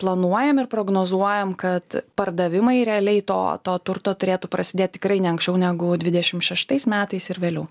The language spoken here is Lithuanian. planuojam ir prognozuojam kad pardavimai realiai to to turto turėtų prasidėt tikrai ne anksčiau negu dvidešim šeštais metais ir vėliau